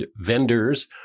vendors